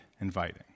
inviting